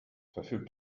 verfügt